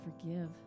forgive